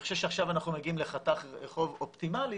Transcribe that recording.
אני חושב שעכשיו אנחנו מגיעים לחתך רחוב אופטימלי